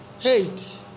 hate